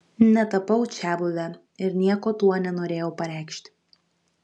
netapau čiabuve ir nieko tuo nenorėjau pareikšti